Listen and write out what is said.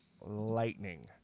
lightning